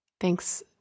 thanks